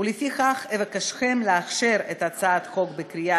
ולפיכך אבקשכם לאשר את הצעת החוק בקריאה